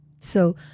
So-